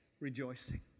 rejoicing